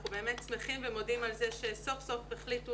אנחנו באמת שמחים ומודים על כך שסוף סוף החליטו